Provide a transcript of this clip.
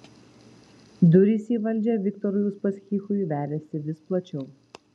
durys į valdžią viktorui uspaskichui veriasi vis plačiau